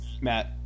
Matt